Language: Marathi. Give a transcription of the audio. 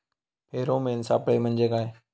फेरोमेन सापळे म्हंजे काय?